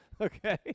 Okay